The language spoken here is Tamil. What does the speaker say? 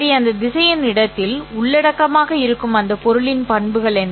சரி அந்த திசையன் இடத்தில் உள்ளடக்கமாக இருக்கும் அந்த பொருளின் பண்புகள் என்ன